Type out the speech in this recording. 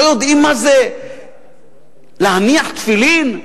לא יודעים מה זה להניח תפילין.